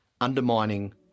undermining